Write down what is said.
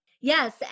Yes